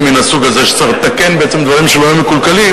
מן הסוג הזה שצריך לתקן בעצם דברים שלא היו מקולקלים,